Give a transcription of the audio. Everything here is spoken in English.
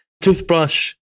Toothbrush